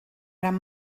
gran